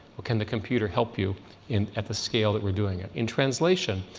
well, can the computer help you in at the scale that we're doing it? in translation,